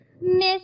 Miss